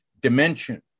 dimension